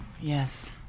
Yes